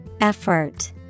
Effort